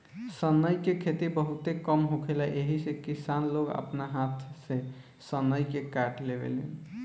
सनई के खेती बहुते कम होखेला एही से किसान लोग आपना हाथ से सनई के काट लेवेलेन